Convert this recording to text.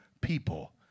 people